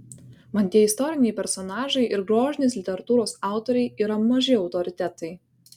man tie istoriniai personažai ir grožinės literatūros autoriai yra maži autoritetai